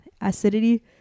acidity